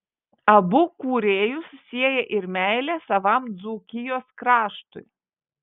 abu kūrėjus sieja ir meilė savam dzūkijos kraštui